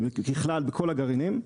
ככלל, בכל הגרעינים.